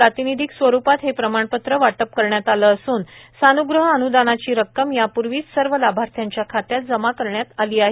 प्रातिनिधिक स्वरूपात हे प्रमाणपत्र वाटप करण्यात आले असून सान्गृह अन्दानाची रक्कम याप्र्वीच सर्व लाभार्थ्यांच्या खात्यात जमा करण्यात आली आहे